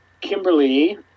Kimberly